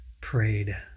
prayed